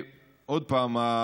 עוד פעם,